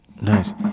Nice